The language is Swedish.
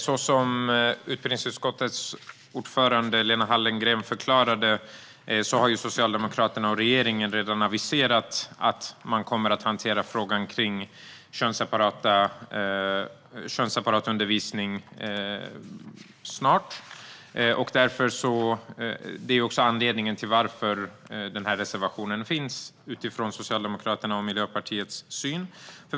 Som utbildningsutskottets ordförande Lena Hallengren förklarade har Socialdemokraterna och regeringen redan aviserat att man kommer att hantera frågan om könsseparat undervisning snart. Detta är anledningen till att denna reservation finns, utifrån Socialdemokraternas och Miljöpartiets syn.